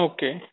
Okay